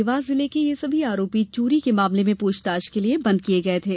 देवास जिले के यह सभी आरोपी चोरी के मामले में पूछताछ के लिए बंद किये गये थे